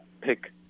pick